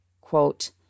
Quote